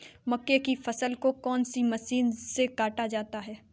मक्के की फसल को कौन सी मशीन से काटा जाता है?